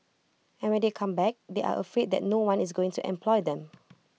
and when they come back they are afraid that no one is going to employ them